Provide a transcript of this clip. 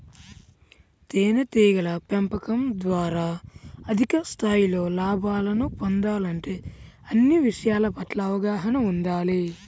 తేనెటీగల పెంపకం ద్వారా అధిక స్థాయిలో లాభాలను పొందాలంటే అన్ని విషయాల పట్ల అవగాహన ఉండాలి